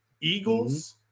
eagles